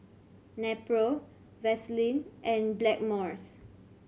Nepro Vaselin and Blackmores